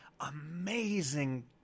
amazing